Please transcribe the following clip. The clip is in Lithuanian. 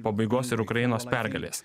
pabaigos ir ukrainos pergalės